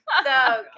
okay